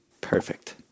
Perfect